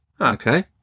Okay